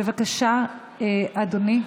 בבקשה, אדוני.